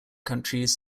countries